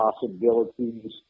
possibilities